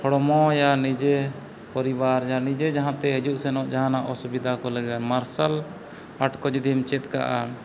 ᱦᱚᱲᱢᱚᱭᱟ ᱱᱤᱡᱮ ᱯᱚᱨᱤᱵᱟᱨ ᱡᱟ ᱱᱤᱡᱮ ᱡᱟᱦᱟᱸ ᱛᱮ ᱦᱤᱡᱩᱜ ᱥᱮᱱᱚᱜ ᱡᱟᱦᱟᱱᱟᱜ ᱚᱥᱩᱵᱤᱫᱟ ᱠᱚ ᱞᱟᱹᱜᱤᱫ ᱢᱟᱨᱥᱟᱞ ᱟᱴ ᱠᱚ ᱡᱩᱫᱤᱢ ᱪᱮᱫ ᱠᱟᱜᱼᱟ